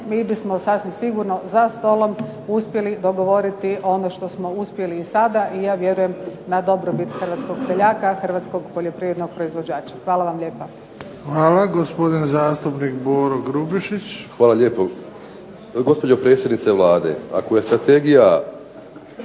mi bismo sasvim sigurno za stolom uspjeli dogovoriti ono što smo uspjeli i sada i ja vjerujem na dobrobit hrvatskog seljaka, hrvatskog poljoprivrednog proizvođača. Hvala vam lijepa. **Bebić, Luka (HDZ)** Hvala. Gospodin zastupnik Boro Grubišić. **Grubišić, Boro (HDSSB)** Hvala lijepo. Gospođo predsjednice Vlade, ako je strategija